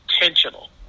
intentional